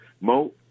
Mo